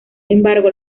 embargo